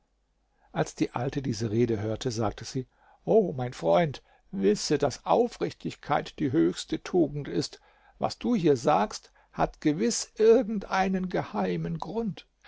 als die alte diese rede hörte sagte sie o mein freund wisse daß aufrichtigkeit die höchste tugend ist was du hier sagst hat gewiß irgend einen geheimen grund